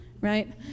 right